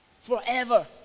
forever